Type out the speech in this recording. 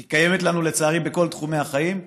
היא קיימת אצלנו, לצערי, בכל תחומי החיים,